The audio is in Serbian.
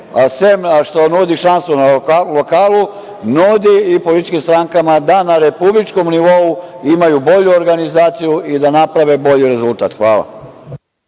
što nudi šansu na lokalu, nudi i političkim strankama da na republičkom nivou imaju bolju organizaciju i da naprave bolje rezultat. Hvala.